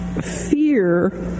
fear